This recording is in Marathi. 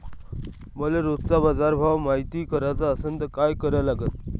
मले रोजचा बाजारभव मायती कराचा असन त काय करा लागन?